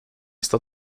está